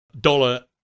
dollar